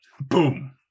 Boom